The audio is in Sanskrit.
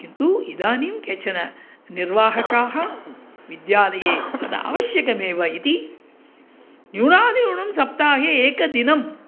किन्तु इदानीं केचन निर्वाहकाः विद्यालये तद् आवश्यकमेव इति न्यूनातिन्यूनं सप्ताहे एकदिनम्